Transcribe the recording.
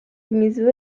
misure